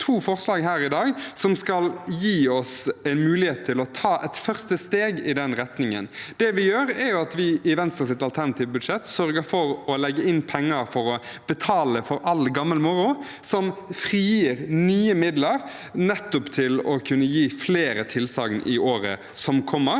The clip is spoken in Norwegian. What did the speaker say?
fram to forslag her i dag, som skal gi oss en mulighet til å ta et første steg i den retningen. Det vi gjør, er at vi i Venstres alternative budsjett sørger for å legge inn penger for å betale for all gammel moro. Det frigir nye midler til å kunne gi flere tilsagn i året som kommer,